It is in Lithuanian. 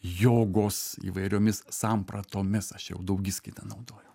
jogos įvairiomis sampratomis aš jau daugiskaitą naudoju